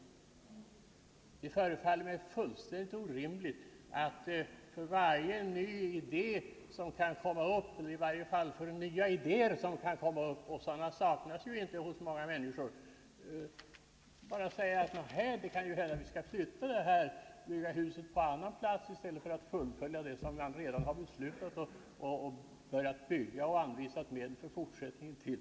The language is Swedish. Det förefaller fullständigt orimligt att när nya idéer dyker upp — och sådana saknas ju inte hos många människor — bara säga att vi skall flytta institutionen till annan plats, i stället för att fullfölja det bygge som är beslutat, som medel anvisats för och som redan igångsatts.